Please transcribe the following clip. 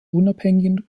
unabhängigen